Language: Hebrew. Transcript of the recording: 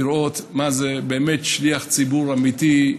לראות מה זה באמת שליח ציבור אמיתי.